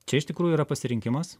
čia iš tikrųjų yra pasirinkimas